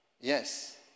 Yes